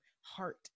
heart